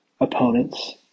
opponents